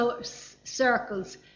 circles